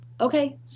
Okay